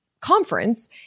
conference